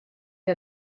que